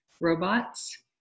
robots